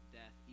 death